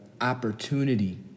opportunity